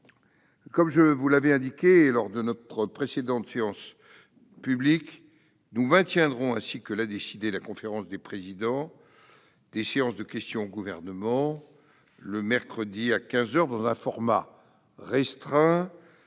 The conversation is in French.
comme je vous l'avais indiqué lors de notre précédente séance publique, nous maintiendrons, ainsi que l'a décidé la conférence des présidents, des séances de questions au Gouvernement le mercredi à quinze heures dans un format restreint